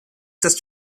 das